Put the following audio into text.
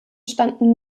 standen